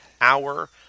hour